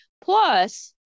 Plus